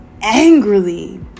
angrily